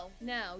no